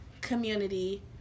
community